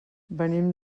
venim